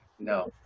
No